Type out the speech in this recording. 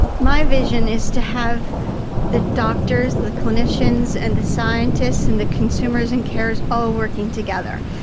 my vision is to have the doctors, the clinicians and the scientists and the consumers and carers all working together.